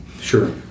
sure